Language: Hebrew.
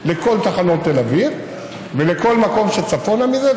לכל תחנות תל אביב ולכל מקום צפונה מזה.